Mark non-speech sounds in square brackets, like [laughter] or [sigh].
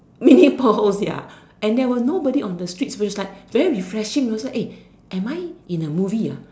mini [laughs] pause ya and there were nobody on the streets it was like very refreshing you know so eh am I in a movie ah